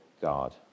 God